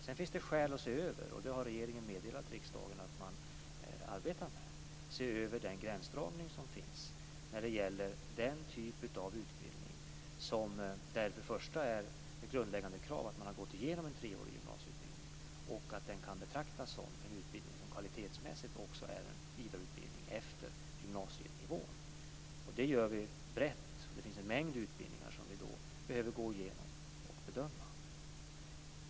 Sedan finns det skäl att se över, och det har regeringen redan meddelat riksdagen att man arbetar med, gränsdragningen när det gäller den typ av utbildning där det först och främst är ett grundläggande krav att man har gått igenom en treårig gymnasieutbildning, och att den kan betraktas som en utbildning som kvalitetsmässigt också är en vidareutbildning efter gymnasienivån. Detta gör vi brett. Det finns en mängd utbildningar som vi behöver gå igenom och bedöma.